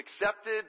accepted